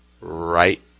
right